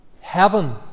heaven